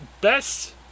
best